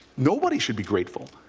nobody should be grateful.